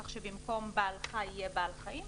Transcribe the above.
כך שבמקום "בעל חי" יהיה "בעל חיים".